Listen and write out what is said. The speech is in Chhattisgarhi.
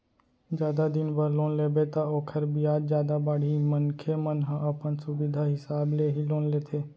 जादा दिन बर लोन लेबे त ओखर बियाज जादा बाड़ही मनखे मन ह अपन सुबिधा हिसाब ले ही लोन लेथे